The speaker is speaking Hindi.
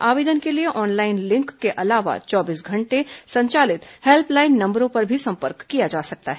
आवेदन के लिए ऑनलाइन लिंक के अलावा चौबीस घंटे संचालित हेल्पलाइन नंबरों पर भी संपर्क किया जा सकता है